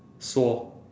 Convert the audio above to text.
swore